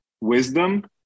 wisdom